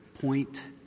point